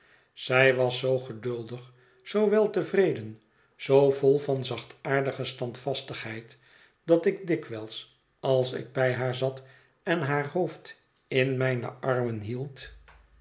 zij was zoo geduldig zoo weltevreden zoo vol van zachtaardige standvastigheid dat ik dikwijls als ik bij haar zat en haar hoofd in mijne armen hield